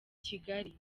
kigali